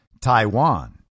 Taiwan